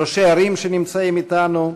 ראשי ערים שנמצאים אתנו,